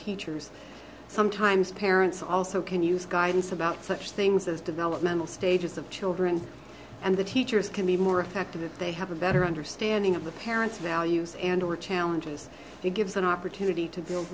teachers sometimes parents also can use guidance about such things as developmental stages of children and the teachers can be more effective if they have a better understanding of the parent's values and or challenges it gives an opportunity to build